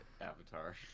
avatar